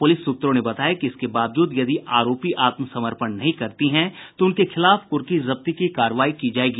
police सूत्रों ने बताया कि इसके बावजूद यदि आरोपी आत्मसमर्पण नहीं करती है तो उसके खिलाफ कुर्की जब्ती की कार्रवाई की जायेगी